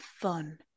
fun